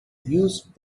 used